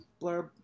blurb